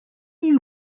you